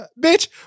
bitch